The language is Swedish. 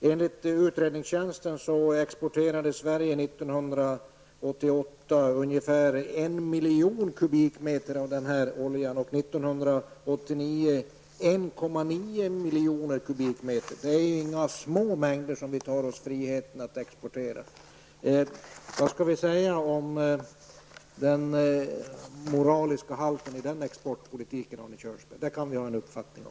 Enligt utredningstjänsten exporterade Sverige 1988 ungefär 1 miljon kubikmeter av denna olja, och 1989 exporterade vi 1,9 miljoner kubikmeter. Det är inga små mängder vi tar oss friheten att exportera. Vad skall vi säga om den moraliska halten i den exportpolitiken, Arne Kjörnsberg? Det kan vi ha en uppfattning om.